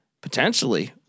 potentially